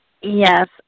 Yes